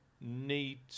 need